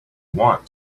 want